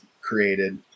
created